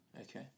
Okay